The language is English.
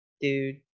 dude